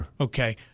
Okay